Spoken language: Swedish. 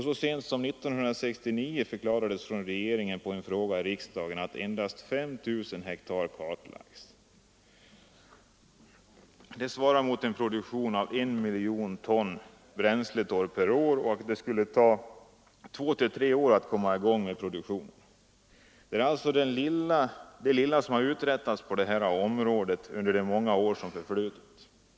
Så sent som 1969 förklarade regeringen på en fråga i riksdagen att endast 5 000 hektar kartlagts. Det svarar mot en produktion av 1 miljon ton bränsletorv per år. Det skulle ta två tre år att komma i gång med en produktion. Detta är alltså det lilla som har uträttats på detta område under de många år som förflutit.